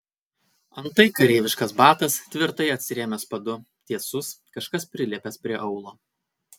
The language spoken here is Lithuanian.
antai kareiviškas batas tvirtai atsirėmęs padu tiesus kažkas prilipęs prie aulo